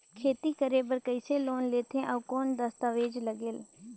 खेती करे बर कइसे लोन लेथे और कौन दस्तावेज लगेल?